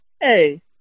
hey